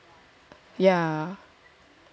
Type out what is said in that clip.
yeah